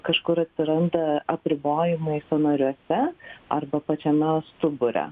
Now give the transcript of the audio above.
kažkur atsiranda apribojimai sąnariuose arba pačiame stubure